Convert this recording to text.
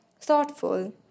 thoughtful